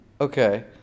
Okay